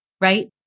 right